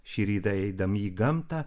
šį rytą eidami į gamtą